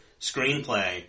screenplay